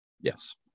yes